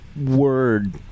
word